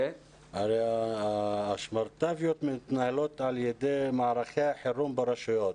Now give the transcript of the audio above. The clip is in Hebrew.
הרי השמרטפיות מתנהלות על ידי מערכי החירום ברשויות.